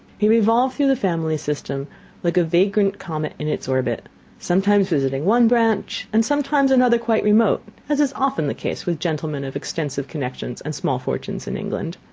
he revolved through the family system like a vagrant comet in its orbit sometimes visiting one branch, and sometimes another quite remote as is often the case with gentlemen of extensive connections and small fortunes in england.